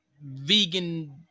vegan